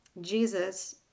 Jesus